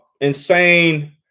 insane